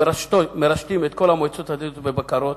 שמרשתים את כל המועצות הדתיות בבקרות.